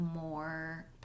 more